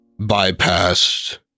bypassed